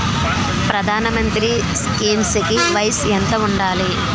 ప్రధాన మంత్రి స్కీమ్స్ కి వయసు ఎంత ఉండాలి?